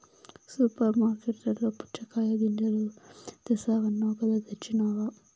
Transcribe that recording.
super మార్కట్లలో పుచ్చగాయ గింజలు తెస్తానన్నావ్ కదా తెచ్చినావ